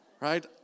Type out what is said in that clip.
right